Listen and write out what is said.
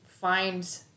find